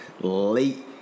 late